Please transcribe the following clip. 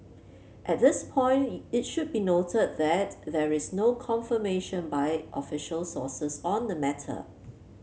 at this point it should be noted that there is no confirmation by official sources on the matter